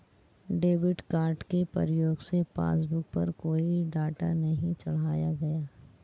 debit card के प्रयोग से पासबुक पर कोई डाटा नहीं चढ़ाया गया है